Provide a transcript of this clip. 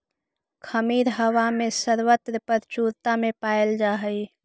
खमीर हवा में सर्वत्र प्रचुरता में पायल जा हई